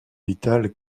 vital